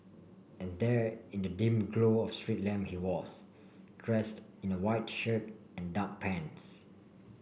and there in the dim glow of street lamp he was dressed in a white shirt and dark pants